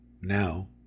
Now